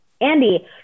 Andy